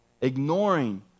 Ignoring